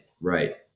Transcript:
right